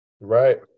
Right